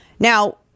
Now